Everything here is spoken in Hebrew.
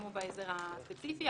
כמו בהסדר הספציפי,